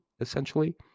essentially